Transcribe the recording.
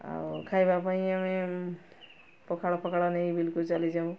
ଆଉ ଖାଇବା ପାଇଁ ଆମେ ପଖାଳ ପଖାଳ ନେଇ ବିଲକୁ ଚାଲିଯାଉ